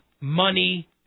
money